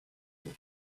will